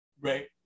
Right